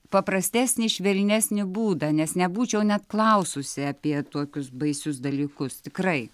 paprastesnį švelnesnį būdą nes nebūčiau net klaususi apie tokius baisius dalykus tikrai